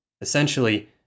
Essentially